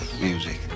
music